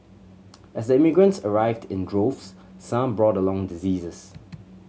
as the immigrants arrived in droves some brought along diseases